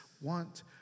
want